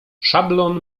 szablon